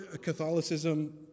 Catholicism